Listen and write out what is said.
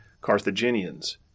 Carthaginians